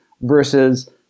versus